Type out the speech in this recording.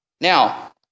Now